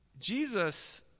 Jesus